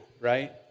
right